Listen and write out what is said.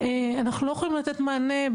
אנחנו לא יכולים לתת מענה.